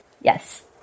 Yes